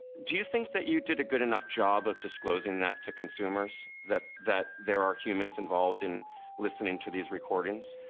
do you think that you did a good enough job of disclosing that to consumers? that, that there are humans involved in listening to these recordings?